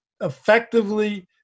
effectively